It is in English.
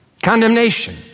Condemnation